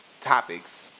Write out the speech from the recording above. topics